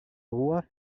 roi